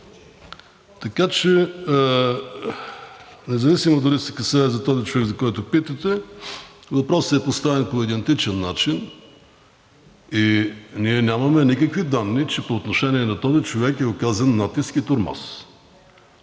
Така че независимо дали се касае за този човек, за когото питате, въпросът е поставен по идентичен начин и ние нямаме никакви данни, че по отношение на този човек е оказан натиск и тормоз.